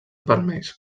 vermells